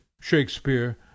Shakespeare